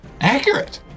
Accurate